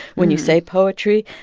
when you say poetry.